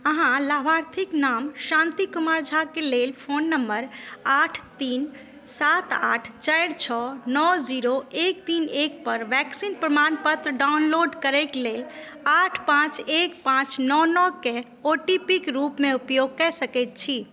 अहाँ लाभार्थीक नाम शान्ति कुमार झाके लेल फोन नंबर आठ तीन सात आठ चारि छओ नओ जीरो एक तीन एकपर वैक्सीन प्रमाणपत्र डाउनलोड करैक लेल आठ पाँच एक पाँच नओ नओके ओ टी पी क रूपमे उपयोग कय सकैत छी